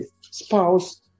spouse